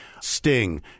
Sting